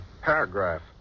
Paragraph